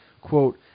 quote